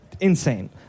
insane